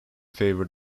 favour